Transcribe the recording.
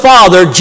Father